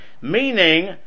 meaning